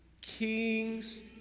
kings